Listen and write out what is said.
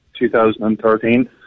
2013